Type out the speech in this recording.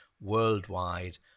worldwide